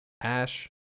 Ash